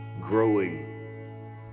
growing